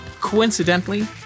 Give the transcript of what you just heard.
Coincidentally